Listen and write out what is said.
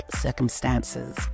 circumstances